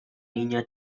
niña